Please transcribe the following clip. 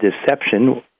deception